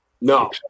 No